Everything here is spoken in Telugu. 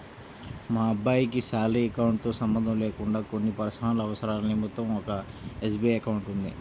మా అబ్బాయికి శాలరీ అకౌంట్ తో సంబంధం లేకుండా కొన్ని పర్సనల్ అవసరాల నిమిత్తం ఒక ఎస్.బీ.ఐ అకౌంట్ ఉంది